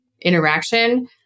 interaction